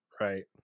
right